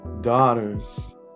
daughters